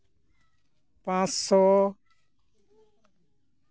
ᱯᱟᱸᱥᱥᱚ